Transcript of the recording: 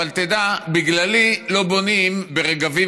תדע שבגללי לא בונים ברגבים,